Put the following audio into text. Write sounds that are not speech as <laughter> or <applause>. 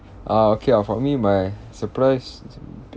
ah okay ah for me my surprise <noise>